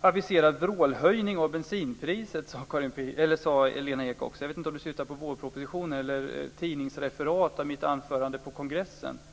aviserad vrålhöjning av bensinpriset. Jag vet inte om vårpropositionen eller tidningsreferat av mitt anförande på kongressen åsyftas.